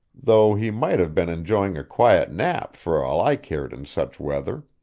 though he might have been enjoying a quiet nap for all i cared in such weather.